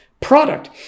product